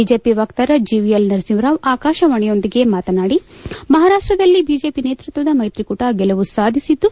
BJP ವಕ್ತಾರ GVL Narasimha Rao ಆಕಾಶವಾಣಿಯೊಂದಿಗೆ ಮಾತನಾಡಿ ಮಹಾರಾಷ್ಟದಲ್ಲಿ ಬಿಜೆಪಿ ನೇತೃತ್ವದ ಮೈತ್ರಿ ಕೂಟ ಗೆಲುವು ಸಾಧಿಸಿದ್ದು